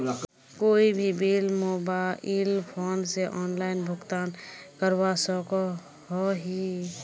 कोई भी bill mobile phone से ऑनलाइन भुगतान करवा सकोहो ही?